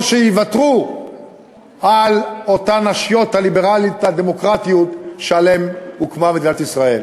או יוותרו על האושיות הליברליות והדמוקרטיות שעליהן הוקמה מדינת ישראל.